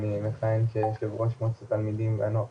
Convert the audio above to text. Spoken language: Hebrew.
אני מכהן כיושב ראש מועצת התלמידים והנוער